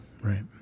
Right